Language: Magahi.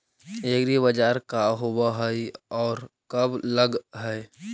एग्रीबाजार का होब हइ और कब लग है?